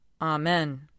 Amen